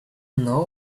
know